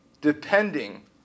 depending